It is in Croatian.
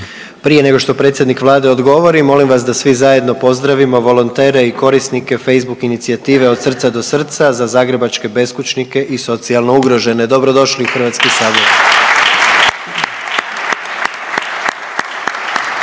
Prije nego što predsjednik Vlade odgovori molim vas da svi zajedno pozdravimo volontere i korisnike Facebook inicijative „Od Srca do Srca za Zagrebačke Beskućnike i Socijalno ugrožene“. Dobrodošli u HS!